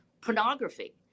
pornography